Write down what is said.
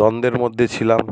দ্বন্দ্বের মধ্যে ছিলাম